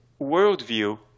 worldview